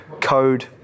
code